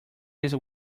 this